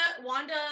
Wanda